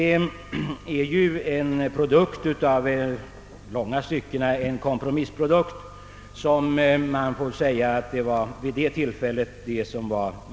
I långa stycken var det en kompromiss som man vid det tillfället kunde nå.